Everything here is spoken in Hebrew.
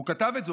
הוא כתב את זה.